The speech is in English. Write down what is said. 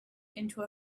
into